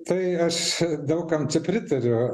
tai aš daug kam pritariu